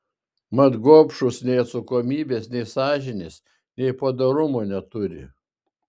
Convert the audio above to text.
mat gobšūs nei atsakomybės nei sąžinės nei padorumo neturi